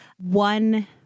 one